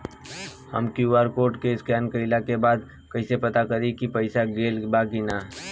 हम QR code scan कइला के बाद कइसे पता करि की पईसा गेल बा की न?